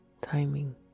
timing